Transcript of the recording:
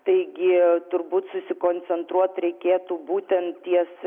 taigi turbūt susikoncentruot reikėtų būtent ties vėjais